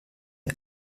mir